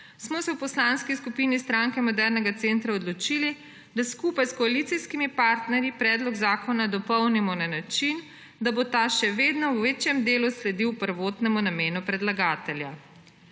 smo se v Poslanski skupini Stranke modernega centra odločili, da skupaj s koalicijskimi partnerji predlog zakona dopolnimo na način, da bo ta še vedno v večjem delu sledil prvotnemu namenu predlagatelja.